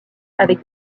avec